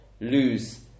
lose